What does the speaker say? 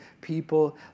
people